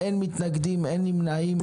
אין מתנגדים, אין נמנעים.